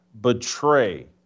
betray